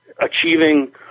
achieving